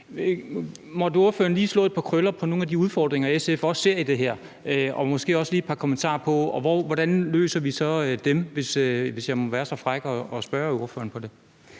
Kunne ordføreren lige slå et par krøller på nogle af de udfordringer, SF også ser i det her, og måske også lige knytte et par kommentarer til, hvordan vi så løser dem – hvis jeg må være så fræk at spørge ordføreren om det?